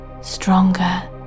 stronger